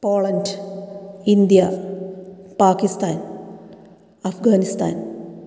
Poland India Pakistan Afghanistan